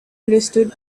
understood